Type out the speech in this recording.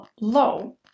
low